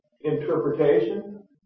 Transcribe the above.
interpretation